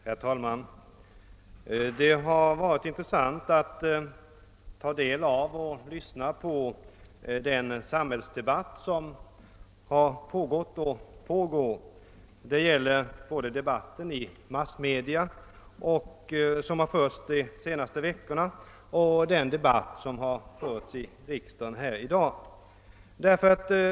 Herr talman! Det har varit intressant att ta del av och lyssna på den samhällsdebatt som har pågått och pågår — det gäller både den debatt som har förts i massmedia de senaste veckorna och den debatt som har förts i riksdagen här i dag.